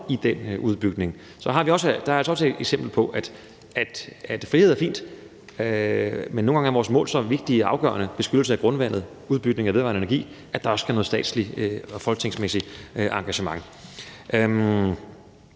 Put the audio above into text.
i den udbygning. Så der er der altså også et eksempel på, at frihed er fint, men at nogle gange er vores mål så vigtige og afgørende – beskyttelse af grundvandet og udbygning af vedvarende energi – at der også skal noget statsligt og folketingsmæssigt engagement